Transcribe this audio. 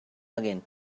again